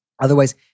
Otherwise